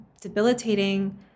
debilitating